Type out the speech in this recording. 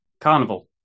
Carnival